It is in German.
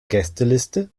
gästeliste